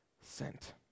sent